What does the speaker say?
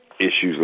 issues